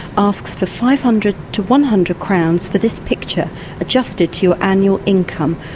asks for five hundred to one hundred crowns for this picture adjusted to annual income.